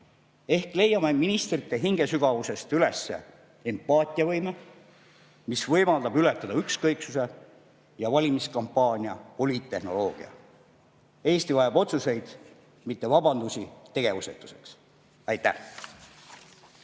Ehk leiame ministrite hingesügavusest üles empaatiavõime, mis võimaldab ületada ükskõiksuse ja valimiskampaania poliittehnoloogia. Eesti vajab otsuseid, mitte vabandusi tegevusetuseks. Aitäh!